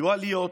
יהיו עליות,